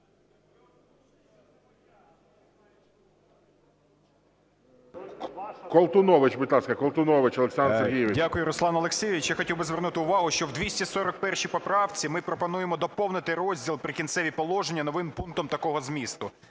Колтунович, будь ласка. Колтунович Олександр Сергійович. 12:36:08 КОЛТУНОВИЧ О.С. Дякую, Руслан Олексійович. Я хотів би звернути увагу, що в 241 поправці ми пропонуємо доповнити розділ "Прикінцеві положення" новим пунктом такого змісту,